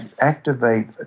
activate